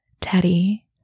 teddy